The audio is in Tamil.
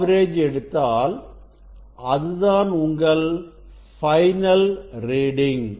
ஆவரேஜ் எடுத்தாள் அதுதான் உங்கள் பைனல் ரீடிங்